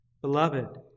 Beloved